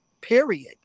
period